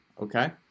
okay